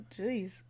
Jeez